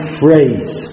phrase